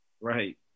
right